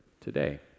today